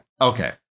Okay